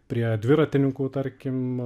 prie dviratininkų tarkim